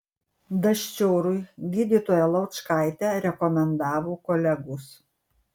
daščiorui gydytoją laučkaitę rekomendavo kolegos